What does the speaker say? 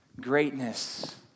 Greatness